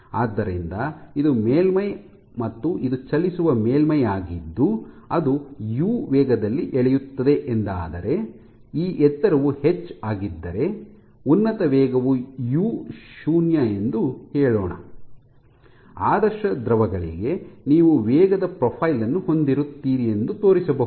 ಆದ್ದರಿಂದ ಇದು ಮೇಲ್ಮೈ ಮತ್ತು ಇದು ಚಲಿಸುವ ಮೇಲ್ಮೈಯಾಗಿದ್ದು ಅದು ಯು ವೇಗದಲ್ಲಿ ಎಳೆಯುತ್ತದೆ ಎಂದಾದರೆ ಈ ಎತ್ತರವು ಎಚ್ ಆಗಿದ್ದರೆ ಉನ್ನತ ವೇಗವು ಯು0 ಎಂದು ಹೇಳೋಣ ಆದರ್ಶ ದ್ರವಗಳಿಗೆ ನೀವು ವೇಗದ ಪ್ರೊಫೈಲ್ ಅನ್ನು ಹೊಂದಿರುತ್ತೀರಿ ಎಂದು ತೋರಿಸಬಹುದು